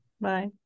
bye